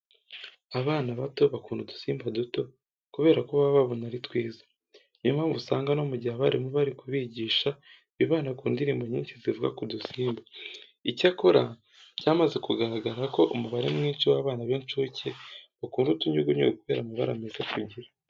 Abana bato bakunda udusimba duto kubera ko baba babona ari twiza. Ni yo mpamvu usanga no mu gihe abarimu bari kubigisha bibanda ku ndirimbo nyinshi zivuga ku dusimba. Icyakora, byamaze kugaragara ko umubare mwinshi w'abana b'incuke bakunda utunyugunyugu kubera amabara meza tugira.